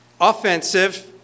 Offensive